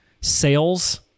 Sales